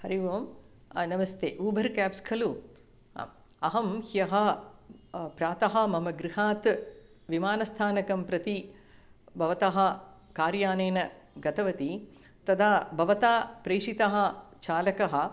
हरिः ओम् नमस्ते ऊबर् क्याब्स् खलु अहं ह्यः प्रातः मम गृहात् विमानस्थानकं प्रति भवतः कार्यानेन गतवती तदा भवता प्रेषितः चालकः